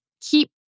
keep